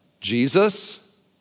Jesus